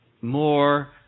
more